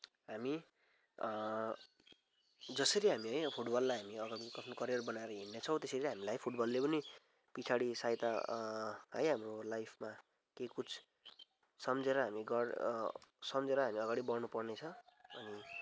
हामी जसरी हामीले होइन फुटबललाई हामीले अगाडि आफ्नो करियर बनाएर हिँडेका छौँ त्यसरी हामीलाई फुटबलले पनि पछाडि सहायता है अब लाइफमा केही कुछ सम्झेर हामी गर्न सम्झेर हामी अगाडि बढ्नुपर्नेछ अनि